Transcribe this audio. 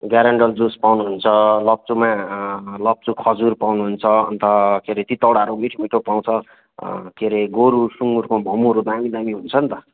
ग्यारन्डल juice पाउनु हुन्छ लप्चुमा लप्चु खजुर पाउनु हुन्छ अन्त के अरे तिताउराहरू मिठो मिठो पाउँछ के अरे गोरु सुँगुरको मोमोहरू दामी दामी हुन्छ नि त